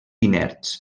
inerts